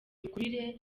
mikurire